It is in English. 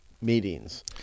meetings